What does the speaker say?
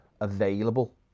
Available